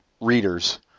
readers